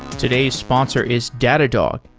today's sponsor is datadog,